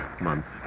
month's